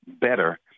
better